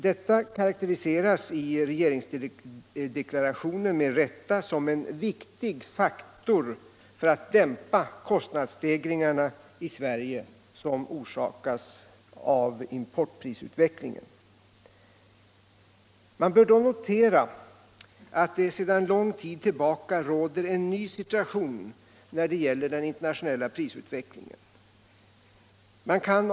Detta karakteriseras i regeringsdeklarationen med rätta som en viktig faktor för att dämpa sådan kostnadsstegring i Sverige som orsakats av importprisut vecklingen. Man bör då notera att det sedan långt tillbaka råder en ny situation när det gäller den internationella prisutvecklingen.